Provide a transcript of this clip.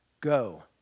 Go